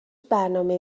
برنامه